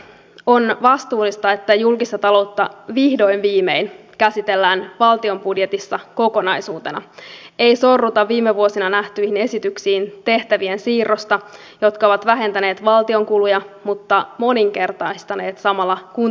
on vastuullista että julkista taloutta vihdoin viimein käsitellään valtion budjetissa kokonaisuutena ei sorruta viime vuosina nähtyihin esityksiin tehtävien siirrosta jotka ovat vähentäneet valtion kuluja mutta moninkertaistaneet samalla kuntien menoja